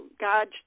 God